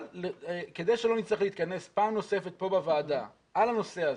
כדי שלא נצטרך להתכנס פעם נוספת פה בוועדה על הנושא הזה,